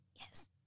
Yes